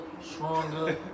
stronger